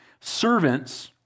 servants